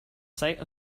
site